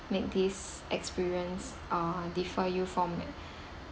make this experience uh defer you from